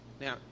Now